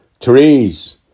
trees